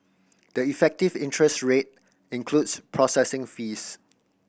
the effective interest rate includes processing fees